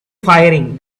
firing